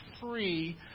free